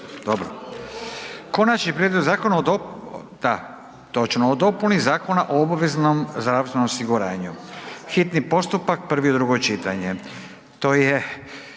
Konačni prijedlog zakona o dopuni Zakona o obveznom zdravstvenom osiguranju, hitni postupak, prvo i drugo čitanje,